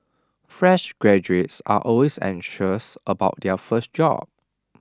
fresh graduates are always anxious about their first job